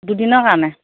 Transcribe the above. দুদিনৰ কাৰণে